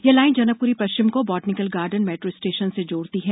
यह लाइन जनकपुरी पश्चिम को बोटैनिकल गार्डन मेट्रो स्टेशन से जोड़ती है